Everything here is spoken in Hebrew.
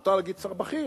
מותר להגיד שר בכיר,